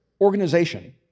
organization